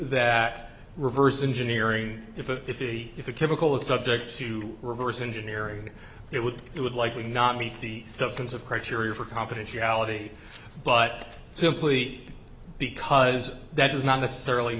that reverse engineering if it if the if a chemical is subject to reverse engineering it would it would likely not meet the substance of criteria for confidentiality but simply because that does not necessarily